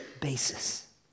basis